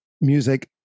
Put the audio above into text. music